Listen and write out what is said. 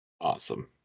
Awesome